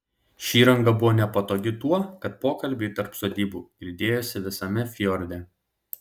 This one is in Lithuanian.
ši įranga buvo nepatogi tuo kad pokalbiai tarp sodybų girdėjosi visame fjorde